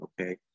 okay